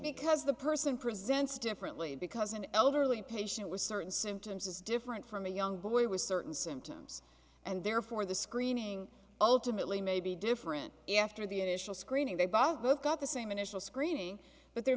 because the person presents differently because an elderly patient with certain symptoms is different from a young boy was certain symptoms and therefore the screening ultimately may be different after the initial screening they both got the same initial screening but there